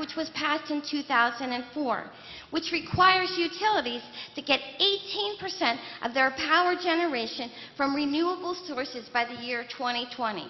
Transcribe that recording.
which was passed in two thousand and four which requires utilities to get eighteen percent of their power generation from renewable sources by the year two thousand and twenty